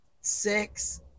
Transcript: six